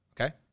okay